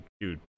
dude